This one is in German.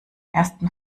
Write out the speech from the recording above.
ersten